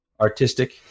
artistic